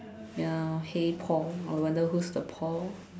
ya hey Paul I wonder who's the Paul